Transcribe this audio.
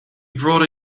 brought